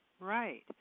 Right